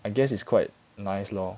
I guess it's quite nice lor